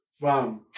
Wow